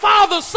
Father